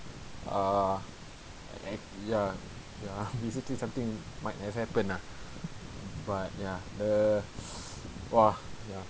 ah ac~ ya ya basically something might have happened lah but ya uh !wah! ya